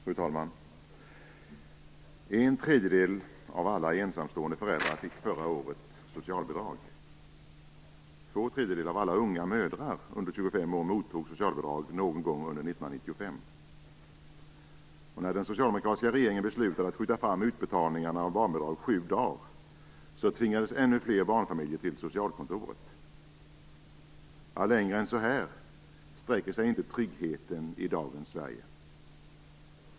Fru talman! En tredjedel av alla ensamstående föräldrar fick förra året socialbidrag. Två tredjedelar av alla unga mödrar under 25 år mottog socialbidrag någon gång under 1995. När det socialdemokratiska regeringen beslutade att skjuta fram utbetalningen av barnbidrag sju dagar tvingades ännu fler barnfamiljer till socialkontoret. Längre än så här sträcker sig inte tryggheten i dagens Sverige.